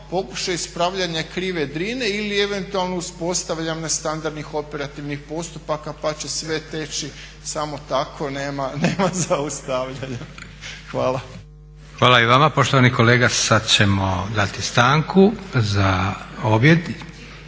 Hvala i vama poštovani kolega. Sada ćemo dati stanku za objed.